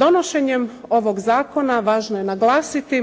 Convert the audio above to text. Donošenjem ovog zakona važno je naglasiti